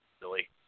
silly